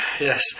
Yes